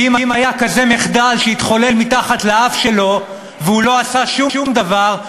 ואם כזה מחדל התחולל מתחת לאף שלו והוא לא עשה שום דבר,